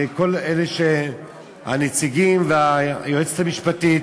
לכל הנציגים, ליועצת המשפטית,